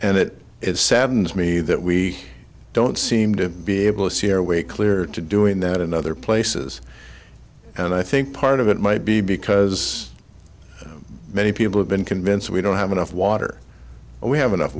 and it it saddens me that we don't seem to be able to see your way clear to doing that in other places and i think part of it might be because many people have been convinced we don't have enough water we have enough